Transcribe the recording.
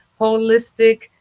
holistic